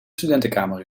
studentenkamer